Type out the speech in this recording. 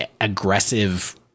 aggressive